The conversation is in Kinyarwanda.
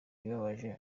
ibabaje